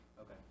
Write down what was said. Okay